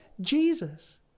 Jesus